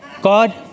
God